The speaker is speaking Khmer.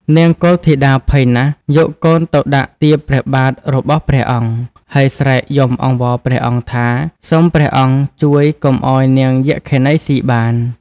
នាងកុលធីតាភ័យណាស់ យកកូនទៅដាក់ទៀបព្រះបាទរបស់ព្រះអង្គ ហើយស្រែកយំអង្វរព្រះអង្គថា សូមព្រះអង្គជួយកុំឲ្យយក្ខិនីស៊ីបាន។